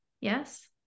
yes